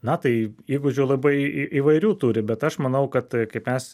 na tai įgūdžių labai į įvairių turi bet aš manau kad kaip mes